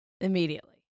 Immediately